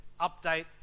update